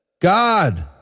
God